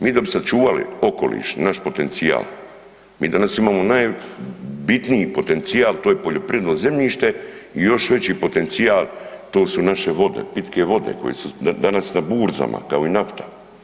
Mi da bi sačuvali okoliš i naš potencijal, mi danas imamo najbitniji potencijal, to je poljoprivredno zemljište i još veći potencijal to su naše vode, pitke vode koje su danas na burzama kao i nafta.